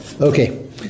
Okay